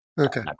Okay